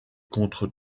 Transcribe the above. contre